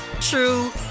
true